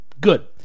Good